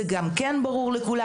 זה גם כן ברור לכולם.